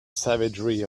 savagery